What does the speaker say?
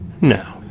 No